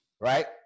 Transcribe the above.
Right